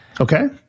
Okay